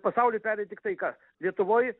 pasauly peri tiktai kas lietuvoj